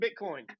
Bitcoin